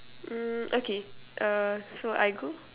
mm okay uh so I go